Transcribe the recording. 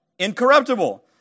Incorruptible